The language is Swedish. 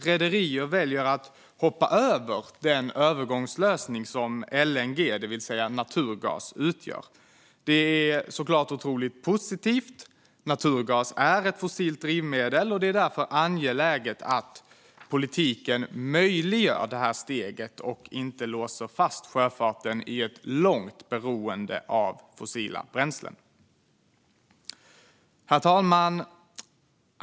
Rederier väljer att hoppa över den övergångslösning som LNG, det vill säga naturgas, utgör. Det är självklart otroligt positivt. Naturgas är ett fossilt drivmedel, och det är därför angeläget att politiken möjliggör detta steg och inte låser fast sjöfarten i ett långt beroende av fossila bränslen. Herr talman!